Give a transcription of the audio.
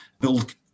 build